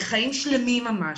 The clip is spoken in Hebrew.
זה חיים שלמים ממש,